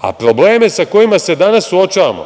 a problemi sa kojima se danas suočavamo